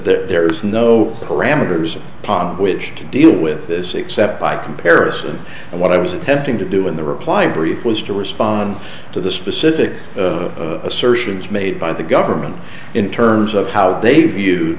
there is no parameters pov which to deal with this except by comparison and what i was attempting to do in the reply brief was to respond to the specific assertions made by the government in terms of how they view